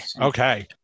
Okay